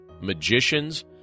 magicians